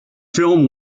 film